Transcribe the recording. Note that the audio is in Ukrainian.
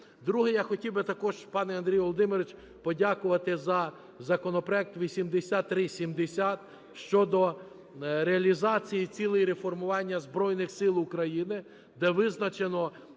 Друге. Я хотів би також, пане Андрій Володимирович, подякувати за законопроект 8370 щодо реалізації цілей реформування Збройних Сил України, де визначено